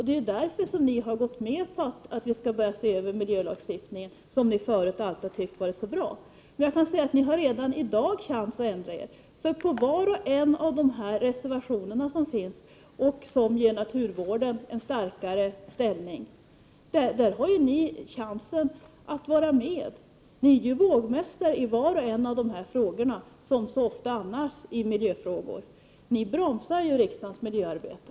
Det är därför som ni har gått med på att se över miljölagstiftningen som ni förut alltid har tyckt varit så bra, och ni har redan i dag chans att ändra er. Ni har chansen att stödja var och en av de reservationer som finns och som ger naturvården en starkare ställning. Ni är vågmästare i var och en av dessa frågor, som så ofta annars i miljöfrågorna. Ni bromsar riksdagens miljöarbete.